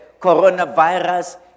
coronavirus